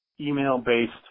email-based